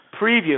preview